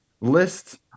lists